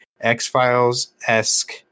X-Files-esque